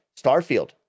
starfield